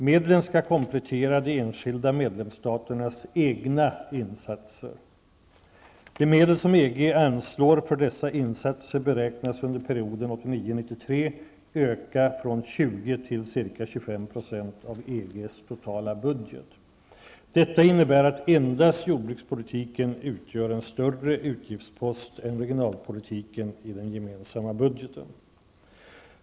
Medlen skall komplettera de enskilda medlemsstaternas egna insatser. De medel som EG anslår för dessa insatser beräknas under perioden 1989--1993 öka från 20 till ca 25 % av EGs totala budget. Detta innebär att endast jordbrukspolitiken utgör en större utgiftspost än regionalpolitiken i den gemensamma budgeten.